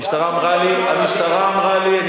המשטרה אמרה לי, כמה מיליונים עלה הביקור שלך.